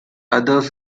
others